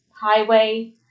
highway